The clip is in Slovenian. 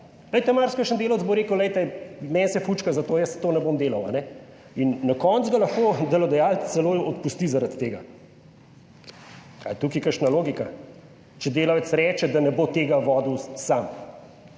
Glejte, marsikakšen delavec bo rekel, glejte, meni se fučka za to, jaz to ne bom delal. In na koncu ga lahko delodajalec celo odpusti, zaradi tega. Ali je tukaj kakšna logika, če delavec reče, da ne bo tega vodil sam?